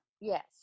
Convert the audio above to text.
Yes